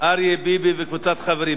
אריה ביבי וקבוצת חברים.